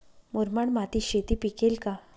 मुरमाड मातीत शेती पिकेल का?